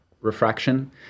refraction